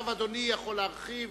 עכשיו אדוני יכול להרחיב.